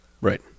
Right